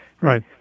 Right